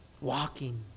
Walking